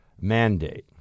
mandate